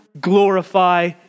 glorify